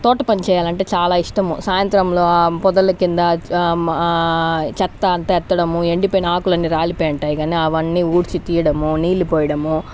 తోట పని చేయాలంటే చాలా ఇష్టం సాయంత్రంలో పొదల కింద చెత్త అంతా ఎత్తడము ఎండిపోయిన ఆకులన్నీ రాలిపోయి ఉంటాయి గాని అవన్నీ ఊడ్చి తీయడము నీళ్లు పోయెడము